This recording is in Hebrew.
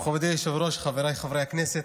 היושב-ראש, חבריי חברי הכנסת,